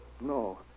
No